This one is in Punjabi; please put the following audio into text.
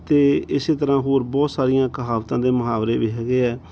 ਅਤੇ ਇਸ ਤਰ੍ਹਾਂ ਹੋਰ ਬਹੁਤ ਸਾਰੀਆਂ ਕਹਾਵਤਾਂ ਅਤੇ ਮੁਹਾਵਰੇ ਵੀ ਹੈਗੇ ਹੈ